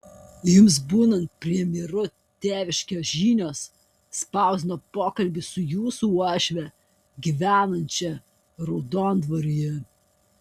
jums būnant premjeru tėviškės žinios spausdino pokalbį su jūsų uošve gyvenančia raudondvaryje